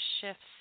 shifts